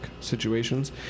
situations